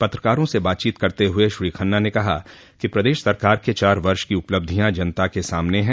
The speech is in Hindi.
पत्रकारों से बातचीत करते हुए श्री खन्ना ने कहा कि प्रदेश सरकार के चार वर्ष की उपलब्धियां जनता के सामने हैं